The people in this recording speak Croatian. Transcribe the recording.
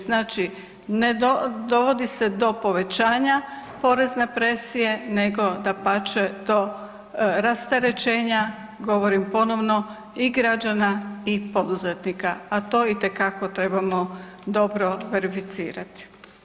Znači ne dovodi se do povećanja porezne presije nego dapače, do rasterećenja, govorim ponovno i građana i poduzetnika, a to itekako trebamo dobro verificirati.